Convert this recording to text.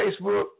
Facebook